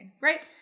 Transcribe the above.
Right